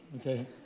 Okay